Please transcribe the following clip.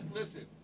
listen